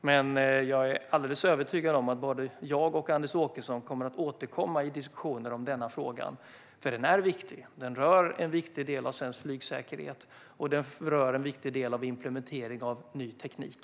Men jag är alldeles övertygad om att både jag och Anders Åkesson kommer att återkomma i diskussioner om denna fråga, för den är viktig. Den rör en viktig del av svensk flygsäkerhet, och den rör en viktig del av implementeringen av ny teknik.